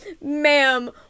Ma'am